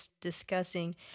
discussing